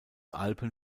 alpen